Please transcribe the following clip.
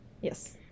yes